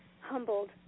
humbled